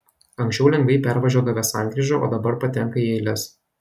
anksčiau lengvai pervažiuodavę sankryžą o dabar patenka į eiles